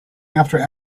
after